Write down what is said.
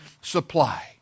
supply